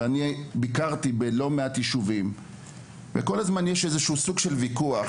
אני ביקשתי בלא מעט ישובים וכל הזמן יש איזה שהוא סוג של ויכוח.